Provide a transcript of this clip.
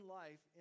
life